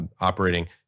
operating